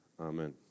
amen